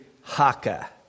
Haka